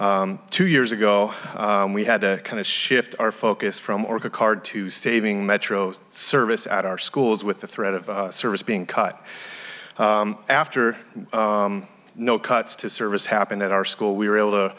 up two years ago we had a kind of shift our focus from orca card to saving metro's service at our schools with the threat of service being cut after no cuts to service happened at our school we were able to